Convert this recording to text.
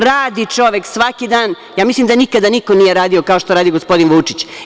Radi čovek svaki dan, ja mislim da nikada niko nije radio kao što radi gospodin Vučić.